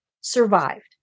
survived